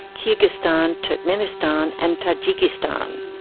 kyrgyzstan, turkmenistan and tajikistan.